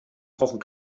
brauchen